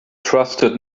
trusted